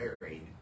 married